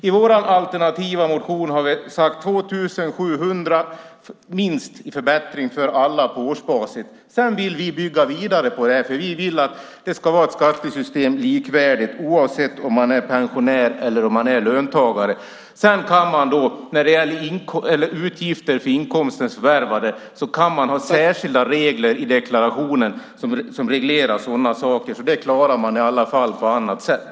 I vår alternativa motion har vi sagt minst 2 700 i förbättring för alla på årsbasis. Vi vill bygga vidare på det. Vi vill att det ska vara ett likvärdigt skattesystem, oavsett om man är pensionär eller om man är löntagare. När det gäller utgifter för inkomstens förvärvande kan man ha särskilda regler i deklarationen. Det klarar man på annat sätt.